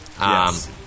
Yes